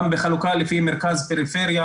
גם בחלוקה לפי מרכז-פריפריה,